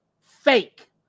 fake